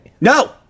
No